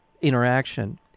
interaction